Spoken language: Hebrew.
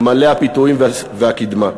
למה, מלא הפיתויים והקדמה.